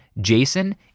Jason